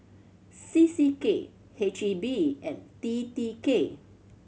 C C K H E B and T T K